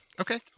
Okay